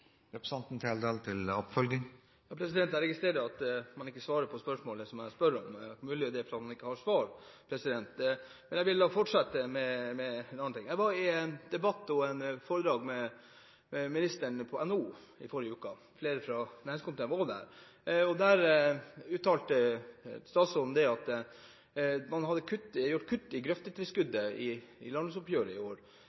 Jeg registrerer at statsråden ikke svarer på spørsmålet jeg stiller, mulig det er fordi han ikke har svar. Jeg vil fortsette med en annen ting. Jeg var på en debatt og et foredrag med ministeren hos NHO i forrige uke, flere fra næringskomiteen var også der. Der uttalte statsråden at man hadde gjort kutt i